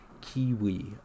Kiwi